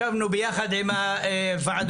ישבנו ביחד עם הוועדות,